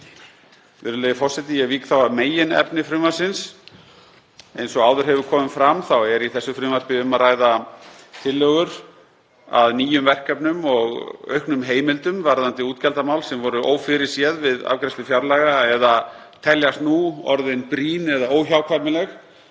á séreignarsparnaði. Virðulegi forseti. Ég vík þá að meginefni frumvarpsins. Eins og áður hefur komið fram þá er í þessu frumvarpi um að ræða tillögur um ný verkefni og auknar heimildir varðandi útgjaldamál sem voru ófyrirséð við afgreiðslu fjárlaga eða teljast nú orðin brýn eða óhjákvæmileg.